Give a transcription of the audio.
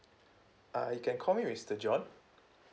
uh you can call me mister john